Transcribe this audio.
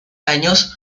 años